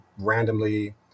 randomly